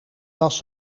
was